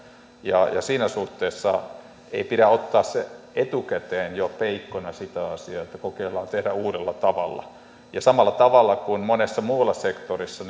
siinä suhteessa ei pidä ottaa etukäteen jo peikkona sitä asiaa että kokeillaan tehdään uudella tavalla ja samalla tavalla kuin monilla muilla sektoreilla